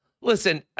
listen